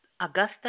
Augusta